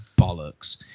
bollocks